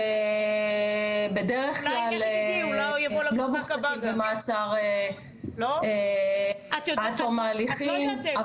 שבדרך כלל לא מחזיקים במעצר עד תום ההליכים,